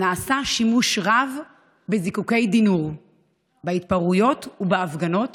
נעשה שימוש רב בזיקוקי די-נור בהתפרעויות ובהפגנות,